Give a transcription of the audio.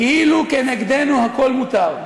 כאילו נגדנו הכול מותר,